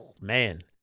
man